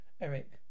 Eric